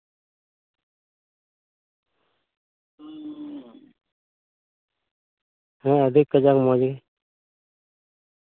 ᱦᱮᱸ ᱟᱹᱰᱤ ᱠᱟᱡᱟᱜ ᱢᱚᱡᱽ ᱜᱮ